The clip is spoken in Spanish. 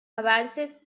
avances